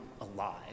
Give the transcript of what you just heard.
alive